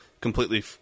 completely